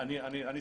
אני אסיים.